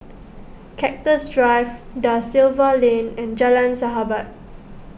Cactus Drive Da Silva Lane and Jalan Sahabat